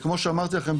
כמו שאמרתי לכם,